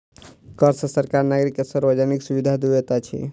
कर सॅ सरकार नागरिक के सार्वजानिक सुविधा दैत अछि